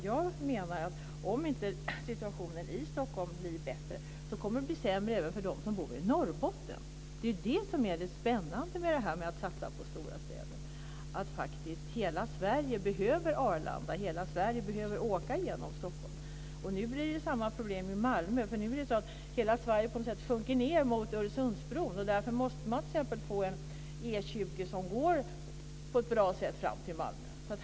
Jag menar att om inte situationen blir bättre i Stockholm kommer det att bli sämre också för dem som bor i Norrbotten. Det är det som är så spännande med att satsa på stora städer. Hela Sverige behöver Arlanda, hela Sverige behöver åka genom Stockholm. Nu blir det samma problem i Malmö. Hela Sverige sjunker ned mot Öresundsbron, och därför måste man få E 20 som på ett bra sätt går fram till Malmö.